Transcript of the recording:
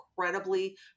incredibly